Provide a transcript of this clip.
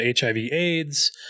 HIV-AIDS